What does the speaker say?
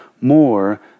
more